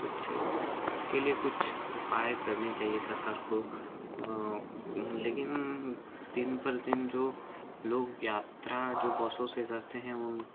कुछ इसके लिए कुछ उपाय करने चाहिए सरकार को लेकिन दिन पर दिन जो लोग यात्रा जो बसों से करते हैं